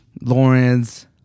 Lawrence